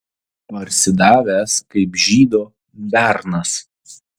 parsidavęs kaip žydo bernas